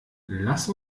lass